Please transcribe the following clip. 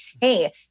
Hey